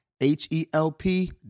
H-E-L-P